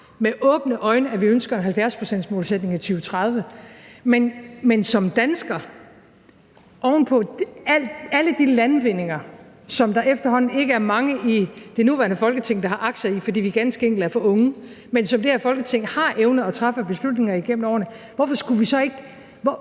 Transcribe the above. med åbne øjne, at vi ønsker en 70-procentsmålsætning nået i 2030. Men hvorfor skulle vi som danskere oven på alle de landvindinger, som der efterhånden ikke er mange i det nuværende Folketing, der har aktier i, fordi vi ganske enkelt er for unge – landvindinger, som det her Folketing har evnet at træffe beslutninger om igennem årene – så ikke